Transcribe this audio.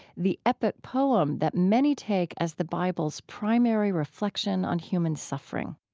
the epic poem that many take as the bible's primary reflection on human suffering